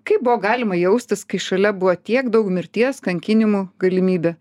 kaip buvo galima jaustis kai šalia buvo tiek daug mirties kankinimų galimybė